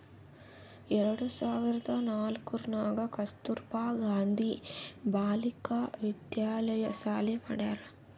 ಎರಡು ಸಾವಿರ್ದ ನಾಕೂರ್ನಾಗ್ ಕಸ್ತೂರ್ಬಾ ಗಾಂಧಿ ಬಾಲಿಕಾ ವಿದ್ಯಾಲಯ ಸಾಲಿ ಮಾಡ್ಯಾರ್